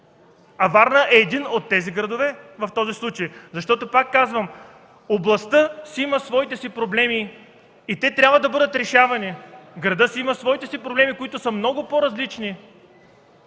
Варна е един от тези градове в случая. Пак казвам, областта има своите си проблеми и те трябва да бъдат решавани. Градът има своите си проблеми, които са много по-различни.